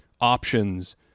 options